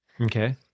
Okay